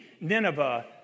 Nineveh